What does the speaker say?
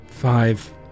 Five